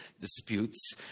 disputes